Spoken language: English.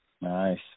Nice